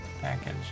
package